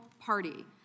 party